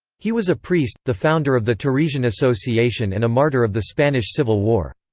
he was a priest, the founder of the teresian association and a martyr of the spanish civil war.